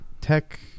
tech